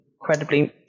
Incredibly